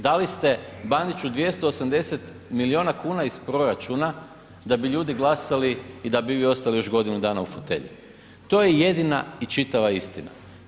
Dali ste Bandiću 280 milijuna kuna iz proračuna da bi ljudi glasali i da bi vi ostali još godinu dana u fotelji, to je jedina i čitava istina.